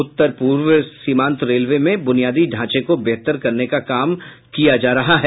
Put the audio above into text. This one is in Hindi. उत्तर पूर्वी सीमांत रेलवे में बुनियादी ढांचा को बेहतर करने का काम किया जा रहा है